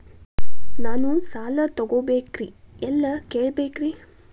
ನಾನು ಸಾಲ ತೊಗೋಬೇಕ್ರಿ ಎಲ್ಲ ಕೇಳಬೇಕ್ರಿ?